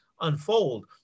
unfold